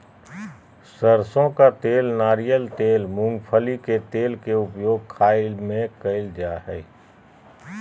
सरसों का तेल नारियल तेल मूंगफली के तेल के उपयोग खाय में कयल जा हइ